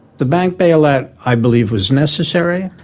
the bank bailout i believe was necessary,